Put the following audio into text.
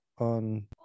On